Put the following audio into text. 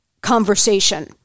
conversation